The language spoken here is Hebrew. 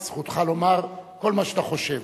כי זכותך לומר כל מה שאתה חושב.